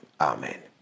amen